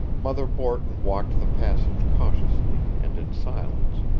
mother borton walked the passage cautiously and in silence,